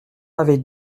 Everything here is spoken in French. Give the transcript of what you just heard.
avait